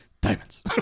Diamonds